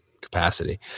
capacity